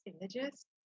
images